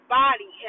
body